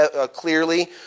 clearly